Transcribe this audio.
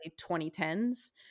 2010s